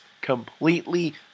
completely